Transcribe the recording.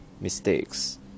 mistakes